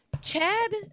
Chad